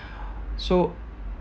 so